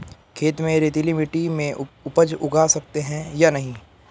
खेत में रेतीली मिटी में उपज उगा सकते हैं या नहीं?